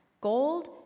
Gold